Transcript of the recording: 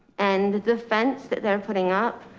and the fence that they're putting up.